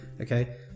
Okay